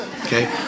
Okay